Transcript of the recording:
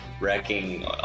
wrecking